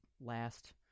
last –